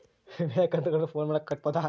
ವಿಮೆಯ ಕಂತುಗಳನ್ನ ಫೋನ್ ಮೂಲಕ ಕಟ್ಟಬಹುದಾ?